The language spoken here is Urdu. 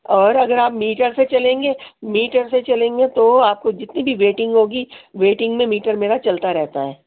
اور اگر آپ میٹر سے چلیں گے میٹر سے چلیں گے تو آپ کو جتنی بھی ویٹنگ ہوگی ویٹنگ میں میٹر میرا چلتا رہتا ہے